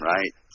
Right